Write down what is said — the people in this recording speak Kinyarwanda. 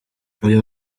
uyu